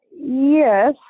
Yes